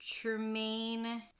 Tremaine